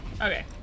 Okay